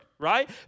right